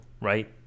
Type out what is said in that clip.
right